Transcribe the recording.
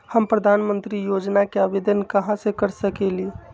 हम प्रधानमंत्री योजना के आवेदन कहा से कर सकेली?